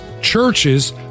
churches